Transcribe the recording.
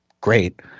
great